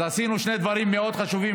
אז עשינו שני דברים מאוד חשובים